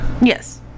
Yes